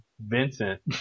Vincent